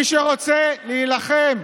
מי שרוצה להילחם,